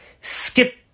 skip